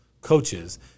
coaches